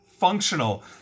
functional